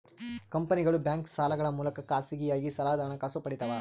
ಕಂಪನಿಗಳು ಬ್ಯಾಂಕ್ ಸಾಲಗಳ ಮೂಲಕ ಖಾಸಗಿಯಾಗಿ ಸಾಲದ ಹಣಕಾಸು ಪಡಿತವ